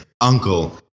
uncle